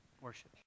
worship